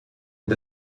and